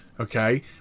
Okay